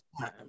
time